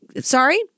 sorry